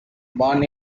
born